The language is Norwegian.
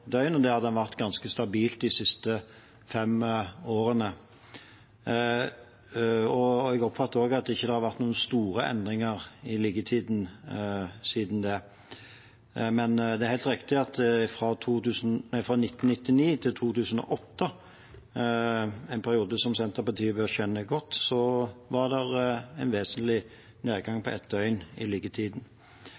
døgn. I 2017 var liggetiden 2,8 døgn, og den har vært ganske stabil de siste fem årene. Jeg oppfatter også at det ikke har vært noen store endringer i liggetiden siden det. Men det er helt riktig at fra 1999 til 2008, en periode som Senterpartiet bør kjenne godt, var det en vesentlig nedgang